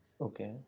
Okay